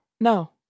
No